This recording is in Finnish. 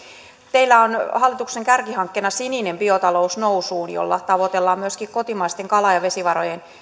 teillä on hallituksen kärkihankkeena sininen biotalous nousuun jolla tavoitellaan myöskin kotimaisten kala ja vesivarojen